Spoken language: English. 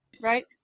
Right